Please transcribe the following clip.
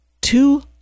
two